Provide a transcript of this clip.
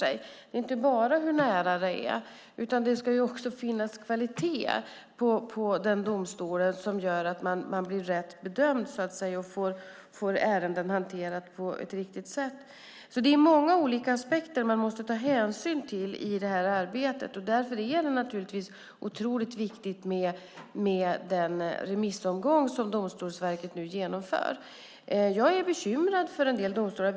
Det handlar inte bara om hur nära det är, utan det ska också finnas kvalitet i domstolen som gör att man blir rätt bedömd och får ärenden hanterade på ett riktigt sätt. Det är alltså många olika aspekter man måste ta hänsyn till i det här arbetet. Därför är det naturligtvis otroligt viktigt med den remissomgång som Domstolsverket nu genomför. Jag är bekymrad över en del domstolar.